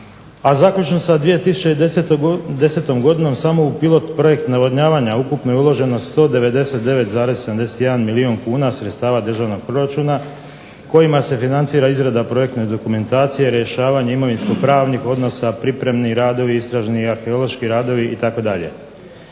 A zaključno sa 2010. godinom samo u pilot projekt navodnjavanja ukupno je uloženo 199,71 milijun kuna sredstava državnog proračuna kojima se financira izrada projektne dokumentacije, rješavanje imovinsko-pravnih odnosa, pripremi radovi, istražni, arheološki radovi itd.